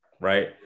Right